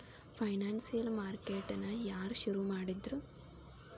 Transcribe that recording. Financial market ನ ಯಾರ್ ಶುರುಮಾಡಿದ್ರು?